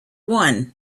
one